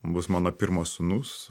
bus mano pirmas sūnus